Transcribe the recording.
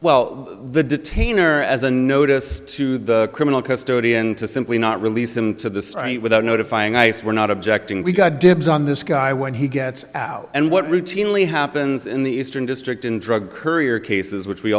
well the detainer as a notice to the criminal custodian to simply not release them to the right without notifying ice we're not objecting we've got dibs on this guy when he gets out and what routinely happens in the eastern district in drug courier cases which we